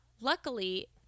Luckily